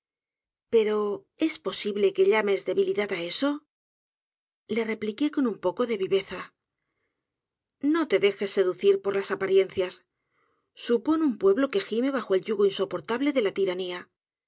pero es posible que llames debilidad á eso le repliqué con un poco de viveza no te dejes seducir por las apariencias supon un pueblo que gime bajo el yugo insoportable de la tiranía si